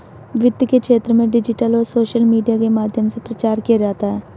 वित्त के क्षेत्र में डिजिटल और सोशल मीडिया के माध्यम से प्रचार किया जाता है